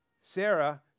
Sarah